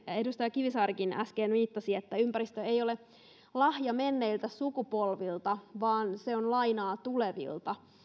edustaja kivisaarikin äsken vähän viittasi siihen että ympäristö ei ole lahja menneiltä sukupolvilta vaan se on lainaa tulevilta